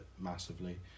massively